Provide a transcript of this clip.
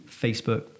facebook